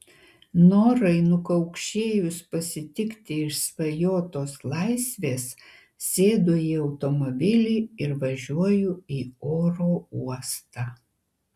norai nukaukšėjus pasitikti išsvajotos laisvės sėdu į automobilį ir važiuoju į oro uostą